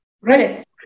Right